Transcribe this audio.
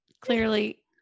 clearly